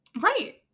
right